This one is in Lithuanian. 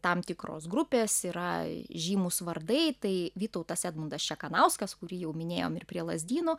tam tikros grupės yra žymūs vardai tai vytautas edmundas čekanauskas kurį jau minėjom ir prie lazdynų